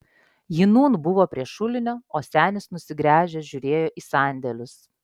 ji nūn buvo prie šulinio o senis nusigręžęs žiūrėjo į sandėlius